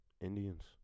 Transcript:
Indians